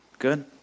good